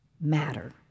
matter